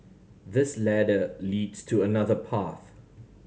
this ladder leads to another path